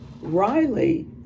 Riley